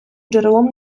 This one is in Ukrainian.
джерелом